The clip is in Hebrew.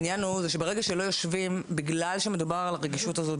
העניין הוא שברגע שלא יושבים בגלל שמדובר על הרגישות הזאת,